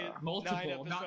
Multiple